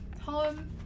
Home